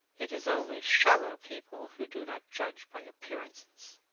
it is only shallow people who do not judge by appearances.